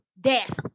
Death